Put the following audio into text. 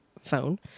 phone